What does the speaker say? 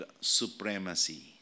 supremacy